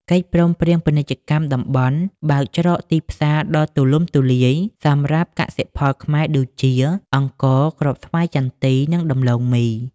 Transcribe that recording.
កិច្ចព្រមព្រៀងពាណិជ្ជកម្មតំបន់បើកច្រកទីផ្សារដ៏ទូលំទូលាយសម្រាប់កសិផលខ្មែរដូចជា អង្ករ គ្រាប់ស្វាយចន្ទី និងដំឡូងមី។